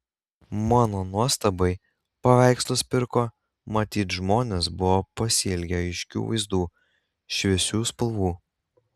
mano nuostabai paveikslus pirko matyt žmonės buvo pasiilgę aiškių vaizdų šviesių spalvų